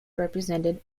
represented